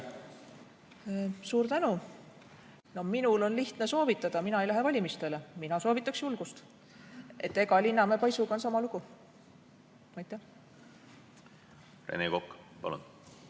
Suur tänu! Minul on lihtne soovitada, mina ei lähe valimistele. Mina soovitaks julgust. Linnamäe paisuga on sama lugu. Rene Kokk, palun!